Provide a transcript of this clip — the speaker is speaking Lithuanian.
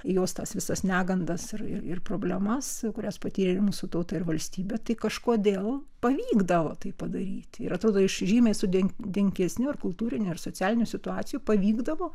jos tas visas negandas ir ir problemas kurias patyrė mūsų tauta ir valstybė tai kažkodėl pavykdavo tai padaryti ir atrodo iš žymiai sudėtingesnių ir kultūrinių ir socialinių situacijų pavykdavo